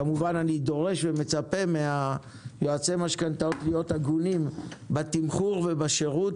כמובן אני דורש ומצפה מיועצי משכנתאות להיות הגונים בתמחור ובשירות